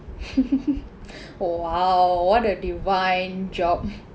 !wow! what a divine job